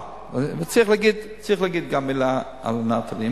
אבל צריך להגיד גם מלה על "נטלי",